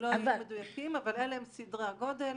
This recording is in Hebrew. לא יהיו מדויקים, אבל אלה הם סדרי הגודל.